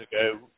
ago